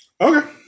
okay